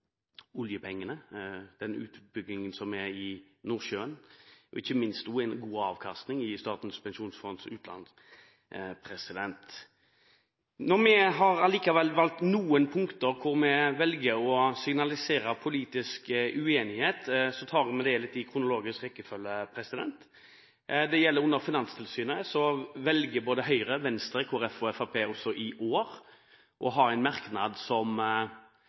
oljepengene, den utbyggingen som er i Nordsjøen, og ikke minst også en god avkastning i Statens pensjonsfond utland. Vi har allikevel valgt å signalisere politisk uenighet på noen punkter, og vi tar det i kronologisk rekkefølge. Både Høyre, Venstre, Kristelig Folkeparti og Fremskrittspartiet har også i år en merknad som